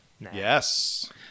Yes